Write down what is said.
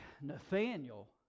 Nathaniel